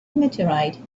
meteorite